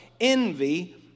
envy